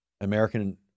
American